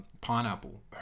pineapple